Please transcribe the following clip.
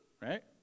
Right